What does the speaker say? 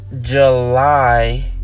July